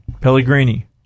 Pellegrini